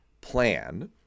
plan